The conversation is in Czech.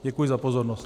Děkuji za pozornost.